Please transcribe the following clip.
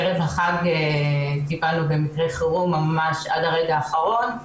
בערב החג טיפלנו במקרה חירום עד הרגע האחרון.